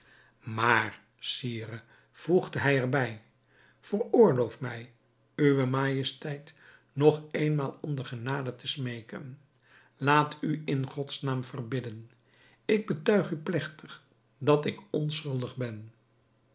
maar sire voegde hij er bij veroorloof mij uwe majesteit nog eenmaal om de genade te smeeken laat u in gods naam verbidden ik betuig u plegtig dat ik onschuldig ben